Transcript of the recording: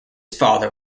father